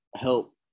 help